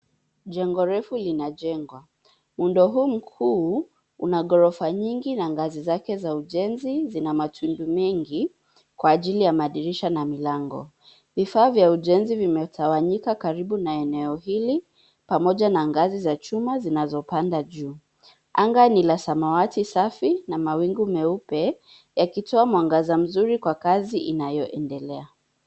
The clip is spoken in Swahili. Jengo refu linajengwa. Muundo huu mkuu una gorofa nyingi na ngazi zake za ujenzi zina matundu mengi kwa ajili ya madirisha na milango. Vifaa vya ujenzi vimetawanyika karibu na eneo hili pamoja na ngazi za chuma zinazopanda juu. Anga ni la samawati safi na mawingu meupe yakitoa mwangaza mzuri kwa kazi inayoendelea.